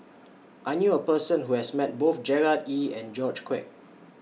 I knew A Person Who has Met Both Gerard Ee and George Quek